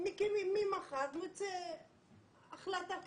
ממחר מוציא החלטה כזאת,